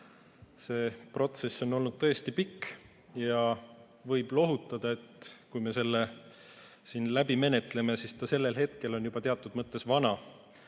See protsess on olnud tõesti pikk. Võib lohutada, et kui me selle siin läbi menetleme, siis ta sellel hetkel on juba teatud mõttes vana.